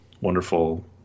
wonderful